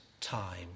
time